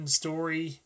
story